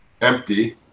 empty